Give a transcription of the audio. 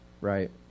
right